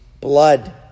blood